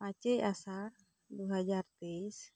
ᱯᱟᱪᱮᱭ ᱟᱥᱟᱲ ᱫᱩ ᱦᱟᱡᱟᱨ ᱛᱮᱭᱤᱥ